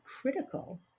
critical